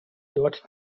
dort